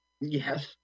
Yes